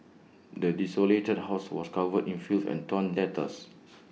the desolated house was covered in filth and torn letters